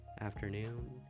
afternoon